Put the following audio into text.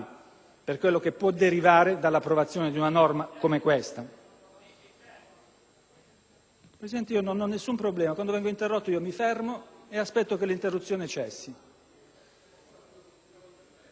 Presidente, non ho nessun problema: quando vengo interrotto mi fermo e aspetto che l'interruzione cessi. COLLI *(PdL)*.